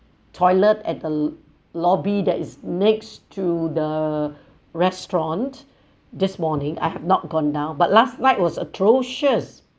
toilet at the lobby that is next to the restaurant this morning I've not gone down but last night was atrocious